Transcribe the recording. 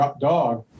dog